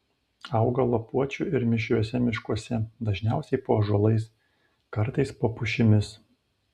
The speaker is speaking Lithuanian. auga lapuočių ir mišriuose miškuose dažniausiai po ąžuolais kartais po pušimis